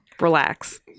relax